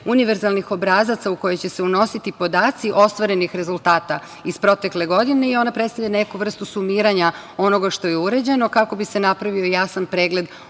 univerzalnih obrazaca u koji će se unositi podaci ostvarenih rezultata iz protekle godine i ona predstavlja neku vrstu sumiranja onoga što je urađeno kako bi se napravio jasan pregled